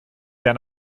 der